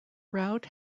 route